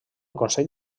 consell